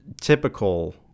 typical